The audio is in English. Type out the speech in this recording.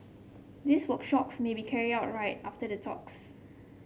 these workshops may be carried out right after the talks